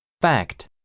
Fact